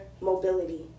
mobility